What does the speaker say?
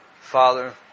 Father